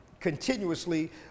continuously